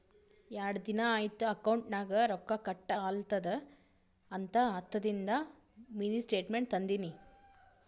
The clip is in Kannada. ಯಾಡ್ ದಿನಾ ಐಯ್ತ್ ಅಕೌಂಟ್ ನಾಗ್ ರೊಕ್ಕಾ ಕಟ್ ಆಲತವ್ ಅಂತ ಹತ್ತದಿಂದು ಮಿನಿ ಸ್ಟೇಟ್ಮೆಂಟ್ ತಂದಿನಿ